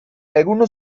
algunos